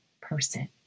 person